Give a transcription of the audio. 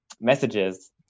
messages